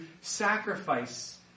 sacrifice